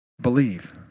believe